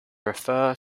refer